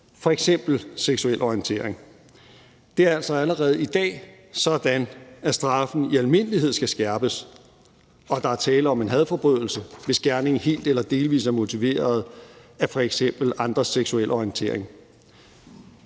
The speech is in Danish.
seksuel orientering. Det er altså allerede i dag sådan, at straffen i almindelighed skal skærpes, og at der er tale om en hadforbrydelse, hvis gerningen helt eller delvis er motiveret af f.eks. andres seksuelle orientering.